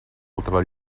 altra